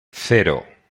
cero